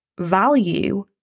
value